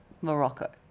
Morocco